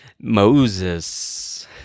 Moses